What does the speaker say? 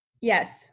Yes